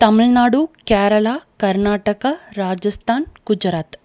Tamil Nadu Kerala Karnataka Rajasthan Gujarat